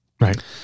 Right